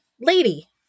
Lady